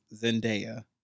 Zendaya